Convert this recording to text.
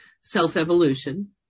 self-evolution